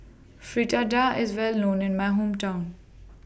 Fritada IS Well known in My Hometown